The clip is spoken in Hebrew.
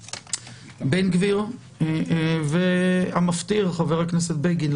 בן גביר והמפטיר חבר הכנסת בגין.